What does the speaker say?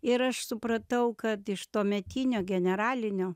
ir aš supratau kad iš tuometinio generalinio